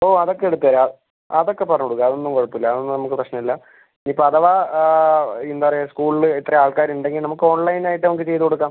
ഓ അതൊക്കെ എടുത്തുതരാം അതൊക്കെ പറഞ്ഞുകൊടുക്കാം അതൊന്നും കുഴപ്പം ഇല്ല അതൊന്നും നമുക്ക് പ്രശ്നം ഇല്ല ഇനിയിപ്പോൾ അഥവാ എന്താണ് പറയുക സ്കൂളിൽ ഇത്രയും ആൾക്കാർ ഉണ്ടെങ്കിൽ നമുക്ക് ഓൺലൈൻ ആയിട്ട് നമുക്ക് ചെയ്തുകൊടുക്കാം